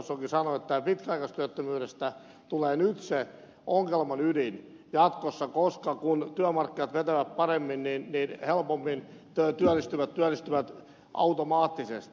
gustafssonkin sanoi että pitkäaikaistyöttömyydestä tulee se ongelman ydin jatkossa koska kun työmarkkinat vetävät paremmin niin helpommin työllistyvät työllistyvät automaattisesti